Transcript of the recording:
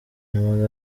nyuma